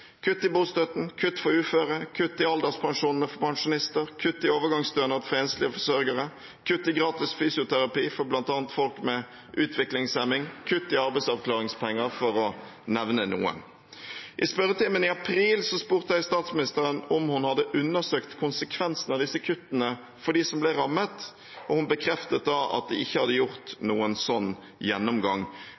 kutt i bostøtten, kutt for uføre, kutt i alderspensjonene for pensjonister, kutt i overgangsstønaden for enslige forsørgere, kutt i gratis fysioterapi for bl.a. folk med utviklingshemning, kutt i arbeidsavklaringspenger, for å nevne noe. I spørretimen i april spurte jeg statsministeren om hun hadde undersøkt konsekvensene av disse kuttene for dem som ble rammet, og hun bekreftet da at de ikke hadde gjort noen sånn gjennomgang.